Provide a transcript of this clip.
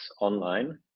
online